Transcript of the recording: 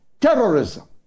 terrorism